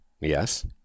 Yes